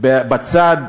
בצד